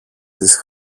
της